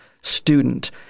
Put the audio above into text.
student